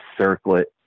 circlet